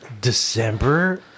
December